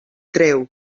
treu